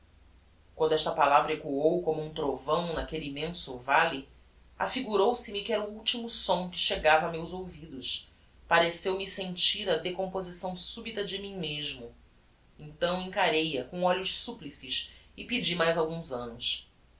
quando esta palavra echoou como um trovão naquelle immenso valle afigurou se me que era o ultimo som que chegava a meus ouvidos pareceu-me sentir a decomposição subita de mim mesmo então encarei a com olhos supplices e pedi mais alguns annos